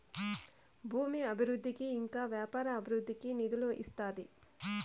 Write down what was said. భూమి అభివృద్ధికి ఇంకా వ్యాపార అభివృద్ధికి నిధులు ఇస్తాది